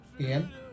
Ian